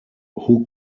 who